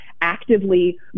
actively